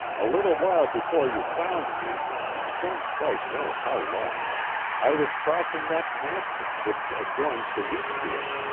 a little while before you found me i don't quite know how long i was crossing that pasture which adjoins the wheat-field,